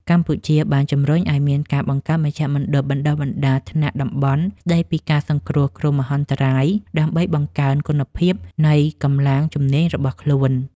កម្ពុជាបានជំរុញឱ្យមានការបង្កើតមជ្ឈមណ្ឌលបណ្តុះបណ្តាលថ្នាក់តំបន់ស្តីពីការសង្គ្រោះគ្រោះមហន្តរាយ ដើម្បីបង្កើនគុណភាពនៃកម្លាំងជំនាញរបស់ខ្លួន។